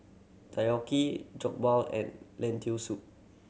Takoyaki Jokbal and Lentil Soup